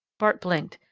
bart blinked,